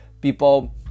people